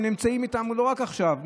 הם נמצאים איתם לא רק עכשיו.